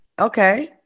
okay